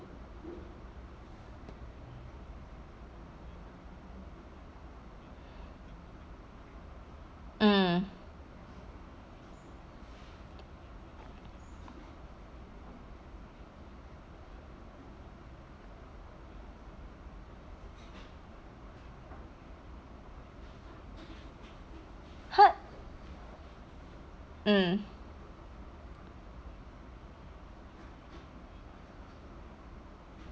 mm heard mm